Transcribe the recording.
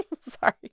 Sorry